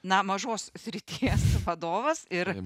na mažos srities vadovas ir